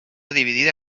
dividida